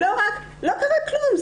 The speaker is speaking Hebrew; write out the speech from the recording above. לא קרה כלום,